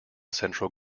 central